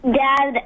dad